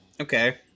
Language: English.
Okay